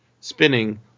spinning